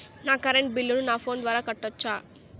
నా కరెంటు బిల్లును నా ఫోను ద్వారా కట్టొచ్చా?